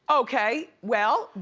okay, well,